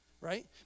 right